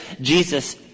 Jesus